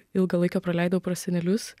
ilgą laiką praleidau pra senelius